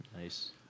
Nice